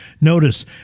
Notice